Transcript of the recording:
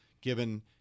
given—